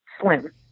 slim